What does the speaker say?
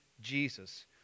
Jesus